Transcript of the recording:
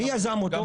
מי יזם אותו?